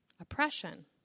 oppression